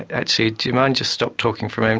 actually, do you mind just stop talking for a